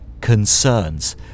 concerns